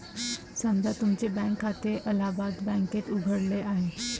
समजा तुमचे बँक खाते अलाहाबाद बँकेत उघडले आहे